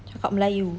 cakap melayu